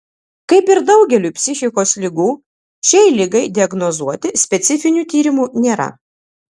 kaip ir daugeliui psichikos ligų šiai ligai diagnozuoti specifinių tyrimų nėra